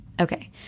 Okay